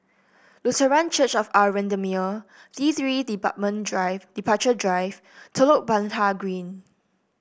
Lutheran Church of Our Redeemer T Three Departure Drive Telok Blangah Green